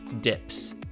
dips